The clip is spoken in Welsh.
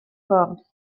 ffwrdd